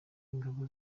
ingabo